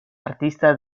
artista